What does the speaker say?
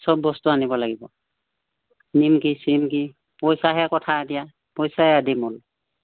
সব বস্তু আনিব লাগিব নিমকি চিমকি পইচাৰহে কথা দিয়া পইচাই আদি মল